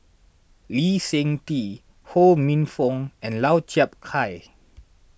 Lee Seng Tee Ho Minfong and Lau Chiap Khai